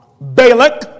Balak